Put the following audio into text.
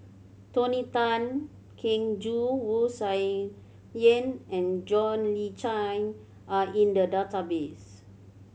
Tony Tan Keng Joo Wu Tsai Yen and John Le Cain are in the database